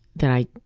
that i